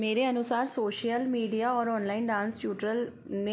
अस हम मेरे अनुसार सोशियल मिडिया और ऑनलाइन डांस ट्यूटरल में